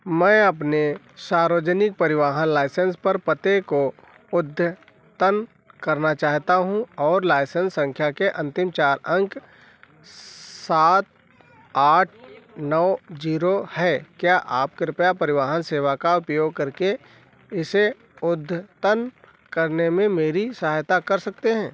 मैं अपने सार्वजनिक परिवहन लाइसेंस पर पते को उद्यतन करना चाहता हूँ और लाइसेंस संख्या के अंतिम चार अंक सात आठ नौ जीरो हैं क्या आप कृपया परिवाहन सेवा का उपयोग करके इसे उद्यतन करने में मेरी सहायता कर सकते हैं